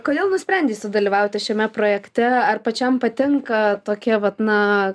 kodėl nusprendei sudalyvauti šiame projekte ar pačiam patinka tokie vat na